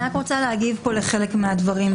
אני רק רוצה להגיב לחלק מהדברים.